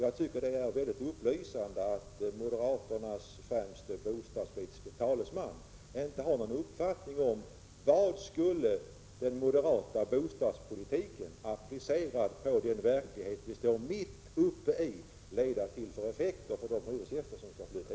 Jag tycker att det är ganska belysande att moderaternas främste bostadspolitiske talesman inte har någon uppfattning om vilka effekter den moderata bostadspolitiken, applicerad på den verklighet vi står mitt uppe i, kan leda till för de hyresgäster som skall flytta in i lägenheterna.